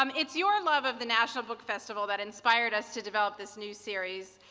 um it's your love of the national book festival that inspired us to develop this new series,